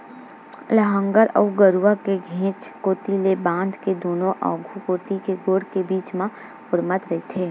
लांहगर ह गरूवा के घेंच कोती ले बांध के दूनों आघू कोती के गोड़ के बीच म ओरमत रहिथे